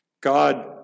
God